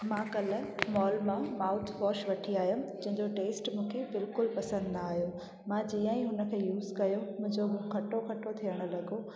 मां काल्ह मॉल मां माउथ वॉश वठी आयमि जंहिंजो टेस्ट मूंखे बिल्कुलु पसंदि न आहियो मां जीअं ई हुन खे यूस कयो मुंहिंजो मुंहुं खटो खटो थियणु लॻो